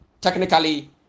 technically